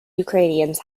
ukrainians